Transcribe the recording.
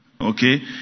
Okay